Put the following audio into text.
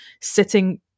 sitting